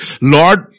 Lord